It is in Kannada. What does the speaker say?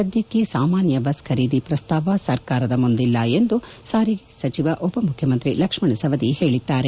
ಸದ್ಯಕ್ಷೆ ಸಾಮಾನ್ಯ ಬಸ್ ಖರೀದಿ ಪ್ರಸ್ತಾವ ಸರ್ಕಾರದ ಮುಂದಿಲ್ಲ ಎಂದು ಸಾರಿಗೆ ಸಚಿವ ಉಪ ಮುಖ್ಚಮಂತ್ರಿ ಲಕ್ಷ್ಣಣ್ ಸವದಿ ಹೇಳಿದ್ದಾರೆ